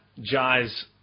Jai's